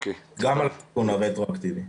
גם על -- -רטרואקטיבי.